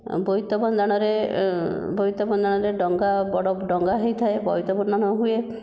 ବୋଇତବନ୍ଦାଣରେ ବୋଇତବନ୍ଦାଣରେ ଡଙ୍ଗା ବଡ଼ ଡଙ୍ଗା ହୋଇଥାଏ ବୋଇତବନ୍ଦାଣ ହୁଏ